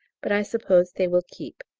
but i suppose they will keep.